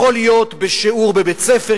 יכול להיות בשיעור בבית-ספר,